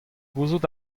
gouzout